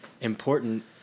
important